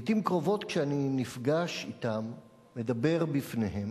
לעתים קרובות, כשאני נפגש אתם, מדבר בפניהם,